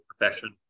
profession